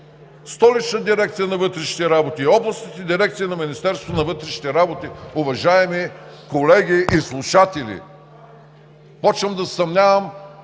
Столична дирекция на вътрешните работи, областните дирекции на Министерството на вътрешните работи. Уважаеми колеги и слушатели, започвам да се съмнявам,